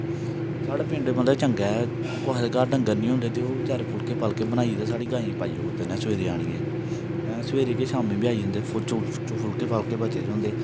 साढ़े पिंड मतलब चंगा ऐ कुसै दे घर डंगर नेईं होंदे ते ओह् बचारे फुलके फालके बनाई ओड़दे ते साढ़ी गांई गी पाई ओड़दे सबैह्रे आह्नियै आं सबैह्रे केह् शामीं बी आई जंदे चौल फुलके फालके बचे दे होंदे